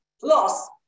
Plus